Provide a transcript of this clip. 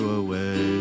away